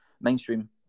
mainstream